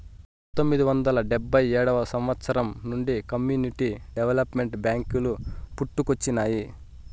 పంతొమ్మిది వందల డెబ్భై ఏడవ సంవచ్చరం నుండి కమ్యూనిటీ డెవలప్మెంట్ బ్యేంకులు పుట్టుకొచ్చినాయి